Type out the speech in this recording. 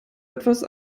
etwas